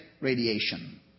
radiation